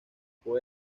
fue